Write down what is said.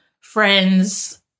friends